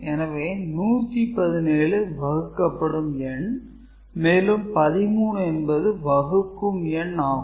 எனவே 117 வகுக்கப்படும் எண் மேலும் 13 என்பது வகுக்கும் எண் ஆகும்